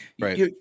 Right